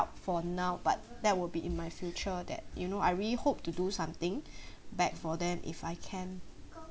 for now but that will be in my future that you know I really hope to do something back for them if I can